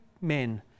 men